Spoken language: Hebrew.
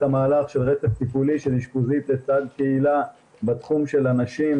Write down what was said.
המהלך של רצף טיפולי של אשפוזית לצד קהילה בתחום של הנשים,